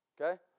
Okay